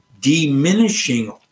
diminishing